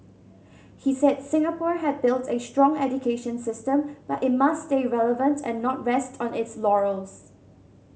he said Singapore had built a strong education system but it must stay relevant and not rest on its laurels